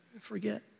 forget